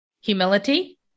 humility